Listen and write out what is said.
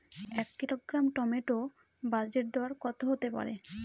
এক kilogram tomato বাজের দরকত হতে পারে?